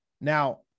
now